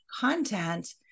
content